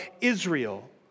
Israel